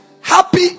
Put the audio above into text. happy